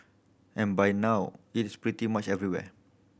and by now it is pretty much everywhere